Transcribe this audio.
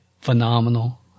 phenomenal